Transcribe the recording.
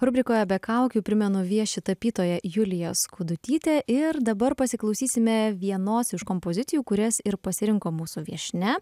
rubrikoje be kaukių primenu vieši tapytoja julija skudutytė ir dabar pasiklausysime vienos iš kompozicijų kurias ir pasirinko mūsų viešnia